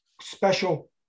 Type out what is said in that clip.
special